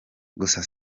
gusa